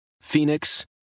Phoenix